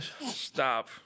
stop